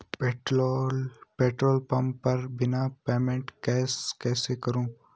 Petrol pump पर बिना cash दिए पेमेंट कैसे करूँ?